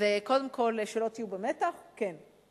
אז קודם כול, שלא תהיו במתח, כן.